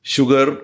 Sugar